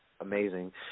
amazing